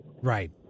Right